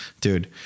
Dude